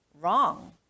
wrong